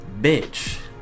bitch